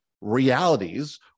realities